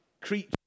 creature